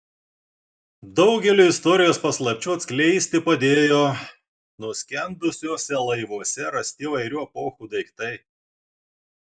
daugelį istorijos paslapčių atskleisti padėjo nuskendusiuose laivuose rasti įvairių epochų daiktai